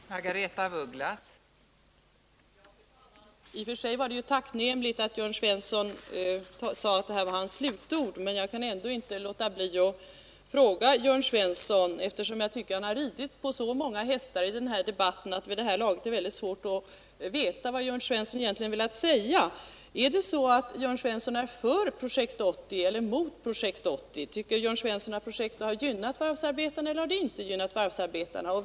Om anställnings Fru talman! I och för sig var det tacknämligt att Jörn Svensson sade att det garantin för an här var hans slutord. Men eftersom jag tycker att han har ridit på så många = ställda vid Svenska hästar i den här debatten att det vid det här laget är svårt att veta vad Jörn Varv AB Svensson egentligen velat säga kan jag ändå inte låta bli att fråga honom om han är för Projekt 80 eller emot Projekt 80. Tycker Jörn Svensson att projektet har gynnat varvsarbetarna eller inte gynnat varvsarbetarna?